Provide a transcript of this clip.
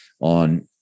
on